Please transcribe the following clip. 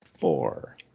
Four